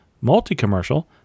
multi-commercial